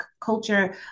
culture